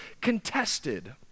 contested